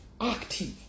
active